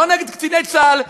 לא נגד קציני צה"ל,